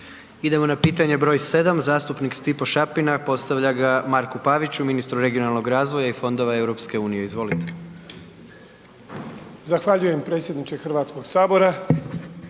Idemo na pitanje br. 7. zastupnik Stipo Šapina postavlja ga Marku Paviću, ministru regionalnog razvoja i fondova EU, izvolite. **Šapina, Stipo (HDZ)**